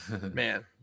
man